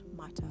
matter